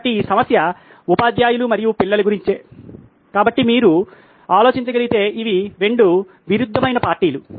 కాబట్టి ఈ సమస్య ఉపాధ్యాయులు మరియు పిల్లల గురించే కాబట్టి మీరు ఆలోచించగలిగితే ఇవి 2 విరుద్ధమైన పార్టీలు